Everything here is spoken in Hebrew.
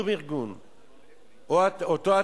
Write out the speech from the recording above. השינויים האלה חלו גם בבריטניה וגם בארצות-הברית